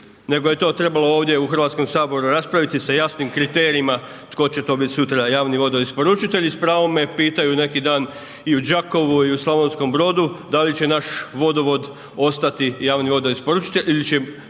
nego je to trebalo ovdje u Hrvatskom saboru raspraviti sa jasnim kriterijima tko će to biti sutra javni vodoisporučitelj i s pravom me pitaju neki dan i u Đakovu i u Slavonskom Brodu, da li će naš vodovod ostati javni vodoisporučitelj ili će